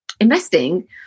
investing